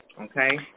Okay